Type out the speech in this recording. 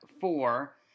four